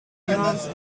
niemand